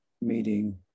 meeting